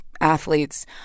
athletes